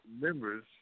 members